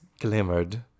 glimmered